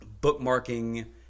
bookmarking